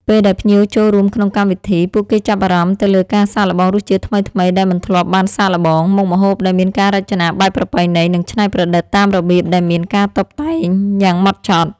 ពេលដែលភ្ញៀវចូលរួមក្នុងកម្មវិធី ពួកគេចាប់អារម្មណ៍ទៅលើការសាកល្បងរសជាតិថ្មីៗដែលមិនធ្លាប់បានសាកល្បង មុខម្ហូបដែលមានការរចនាបែបប្រពៃណី និងច្នៃប្រឌិតតាមរបៀបដែលមានការតុបតែងយ៉ាងម៉ត់ចត់។